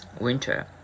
winter